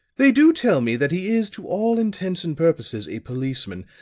they do tell me that he is to all intents and purposes a policeman.